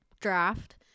draft